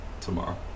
tomorrow